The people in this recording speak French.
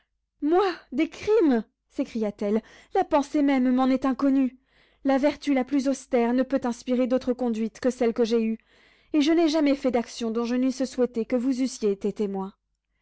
moi des crimes s'écria-t-elle la pensée même m'en est inconnue la vertu la plus austère ne peut inspirer d'autre conduite que celle que j'ai eue et je n'ai jamais fait d'action dont je n'eusse souhaité que vous eussiez été témoin